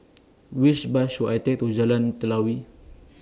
Which Bus should I Take to Jalan Telawi